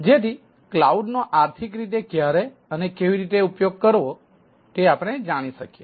જેથી ક્લાઉડ નો આર્થિક રીતે ક્યારે અને કેવી રીતે ઉપયોગ કરવો તે આપણે જાણી શકીએ